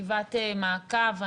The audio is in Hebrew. ישיבת מעקב.